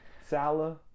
Salah